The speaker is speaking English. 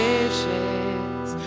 Wishes